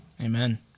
Amen